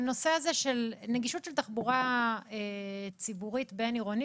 הנושא הזה של נגישות של תחבורה ציבורית בין-עירונית